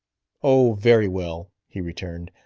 oh, very well, he returned,